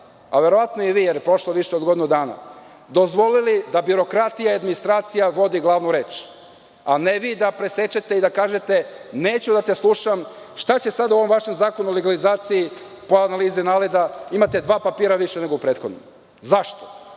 a verovatno i vi pošto je prošlo više od godinu dana, dozvolili da birokratija i administracija vodi glavnu reč, a ne vi da presečete i kažete – neću da te slušam, šta će sada u ovom vašem Zakonu o legalizaciji pa valjda znate da imate dva papira više nego u prethodnom? Zašto?